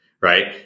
Right